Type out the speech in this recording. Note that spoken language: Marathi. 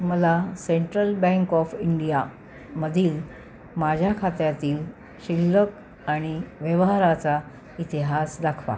मला सेंट्रल बँक ऑफ इंडियामधील माझ्या खात्यातील शिल्लक आणि व्यवहाराचा इतिहास दाखवा